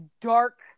dark